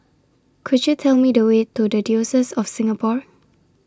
Could YOU Tell Me The Way to The Diocese of Singapore